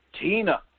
Tina